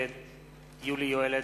נגד יולי יואל אדלשטיין,